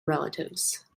relatives